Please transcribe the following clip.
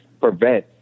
prevent